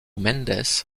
mendes